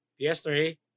PS3